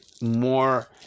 more